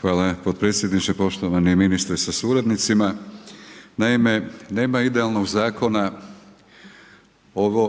Hvala potpredsjedniče, poštovani ministre sa suradnicima. Naime, nema idealnog zakona